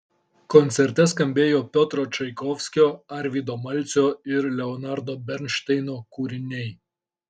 koncerte skambėjo piotro čaikovskio arvydo malcio ir leonardo bernšteino kūriniai